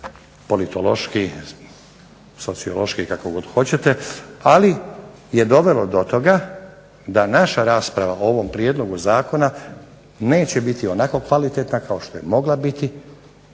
politološki, sociološki kako god hoćete, ali je dovelo do toga da naša rasprava o ovom prijedlogu zakona neće biti onako kvalitetna kao što je mogla biti